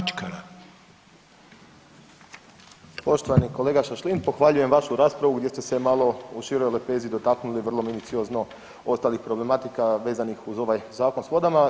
Poštovani kolega Šašlin, pohvaljujem vašu raspravu gdje ste se malo u široj lepezi dotaknuli vrlo minuciozno ostalih problematika vezanih uz ovaj Zakon s vodama.